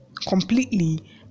completely